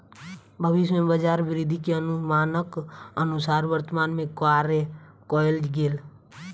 भविष्य में बजार वृद्धि के अनुमानक अनुसार वर्तमान में कार्य कएल गेल